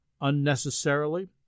unnecessarily